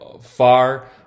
far